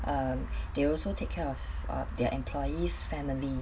um they also take care of their employees family